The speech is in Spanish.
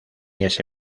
ese